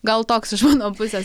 gal toks iš mano pusės